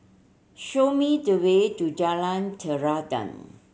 show me the way to Jalan Terentang